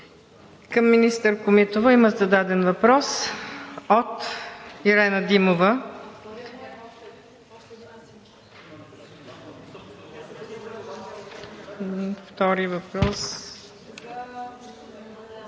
Към министър Комитова има зададен въпрос от Ирена Димова. Въпросът